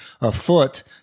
afoot